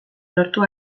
lortu